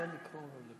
את טועה.